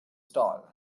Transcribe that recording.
stall